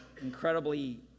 incredibly